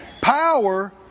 Power